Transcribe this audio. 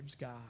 God